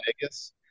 Vegas